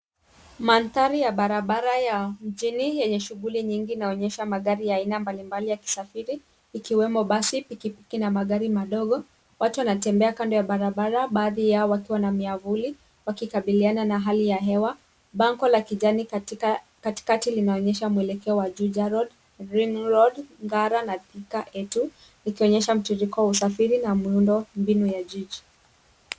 Mandhari ya barabara ya mjini yenye shughuli nyingine inaonyesha magari ya aina mbalimbali ya kisafili ikiwemo basi, pikipiki na magari madogo. Watu wanatembea kando ya barabara baadhi yao wakiwa na miavuli wakikabiliana na hali ya hewa. Bango la kijani katikati linaonyesha mwelekeo wa Juja road, Green road, Ngara na Thika A2. Ikuonyesha mtiririko wa usafiri na muundombinu ya jiji.